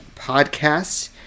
Podcasts